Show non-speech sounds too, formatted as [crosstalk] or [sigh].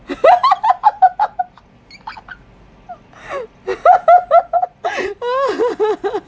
[laughs]